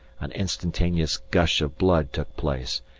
an instantaneous gush of blood took place,